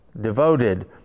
devoted